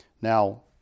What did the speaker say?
Now